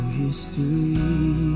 history